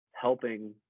helping